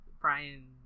Brian